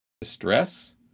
distress